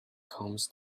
comes